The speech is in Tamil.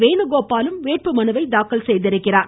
வேணுகோபாலும் வேட்பு மனு தாக்கல் செய்தார்